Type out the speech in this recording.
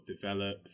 develop